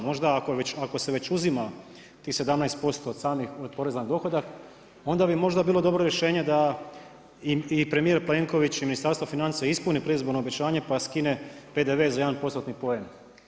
Možda ako se već uzima tih 17% od samih, od poreza na dohodak onda bi možda bilo dobro rješenje da i premijer Plenković i Ministarstvo financija ispune predizborno obećanje pa skine PDV za 1%-tni poen.